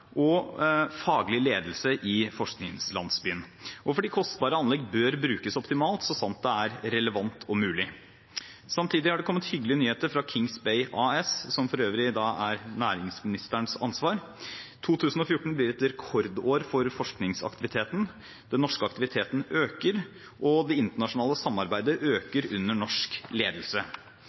og faglig ledelse i forskningslandsbyen, og fordi kostbare anlegg bør brukes optimalt så sant det er relevant og mulig. Samtidig har det kommet hyggelige nyheter fra Kings Bay AS – som for øvrig er næringsministerens ansvar: 2014 blir et rekordår for forskningsaktiviteten, den norske aktiviteten øker, og det internasjonale samarbeidet øker under norsk ledelse.